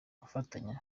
gufatanya